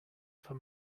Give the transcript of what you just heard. for